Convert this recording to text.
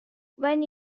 when